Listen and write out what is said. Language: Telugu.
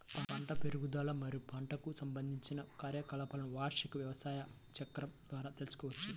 పంట పెరుగుదల మరియు పంటకు సంబంధించిన కార్యకలాపాలను వార్షిక వ్యవసాయ చక్రం ద్వారా తెల్సుకోవచ్చు